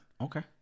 Okay